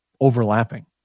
overlapping